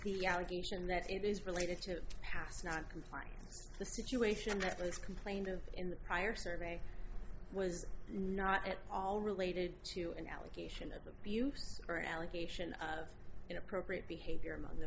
the allegation that it is related to past not complying the situation that was complained of in the prior survey was not at all related to an allegation of abuse or allegation of inappropriate behavior among the